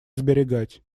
сберегать